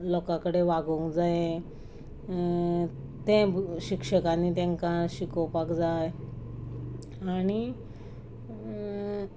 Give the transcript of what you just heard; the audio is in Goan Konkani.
लोकां कडेन वागोंक जाये तें शिक्षकांनी तेंकां शिकोपाक जाय आनी